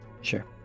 Sure